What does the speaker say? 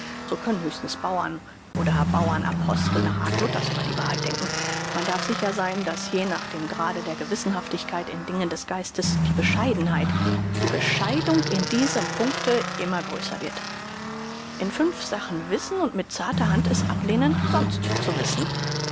so können höchstens bauern oder bauern apostel nach art luther's über die wahrheit denken man darf sicher sein daß je nach dem grade der gewissenhaftigkeit in dingen des geistes die bescheidenheit die bescheidung in diesem punkte immer größer wird in fünf sachen wissen und mit zarter hand es ablehnen sonst zu wissen